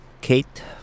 Kate